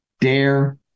Dare